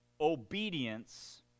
obedience